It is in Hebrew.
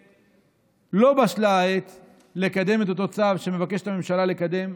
ולא בשלה העת לקדם את אותו צו שמבקשת הממשלה לקדם.